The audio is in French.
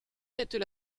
n’êtes